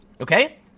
Okay